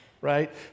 right